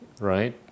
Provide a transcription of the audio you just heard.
Right